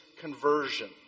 conversion